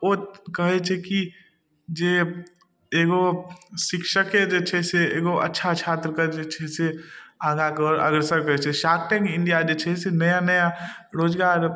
ओ कहय छै की जे एगो शिक्षके जे छै से एगो अच्छा छात्रके जे छै से आगाके अग्रसर करय छै शार्क टैंक इंडिया जे छै से नया नया रोजगार